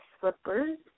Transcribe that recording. slippers